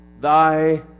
thy